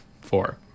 Four